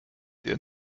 der